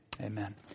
Amen